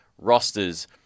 rosters